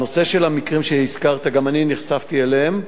הנושא של המקרים שהזכרת, גם אני נחשפתי אליהם.